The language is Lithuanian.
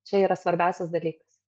čia yra svarbiausias dalykas